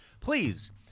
Please